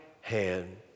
hand